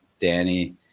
Danny